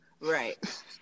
Right